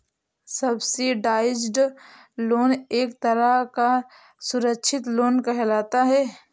subsidised loan एक तरह का सुरक्षित लोन कहलाता है